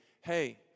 hey